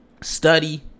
study